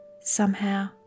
Somehow